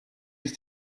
ist